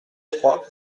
trois